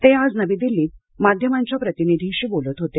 ते आज नवी दिल्लीत माध्यमांच्या प्रतिनिधींशी बोलत होते